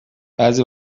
بعضی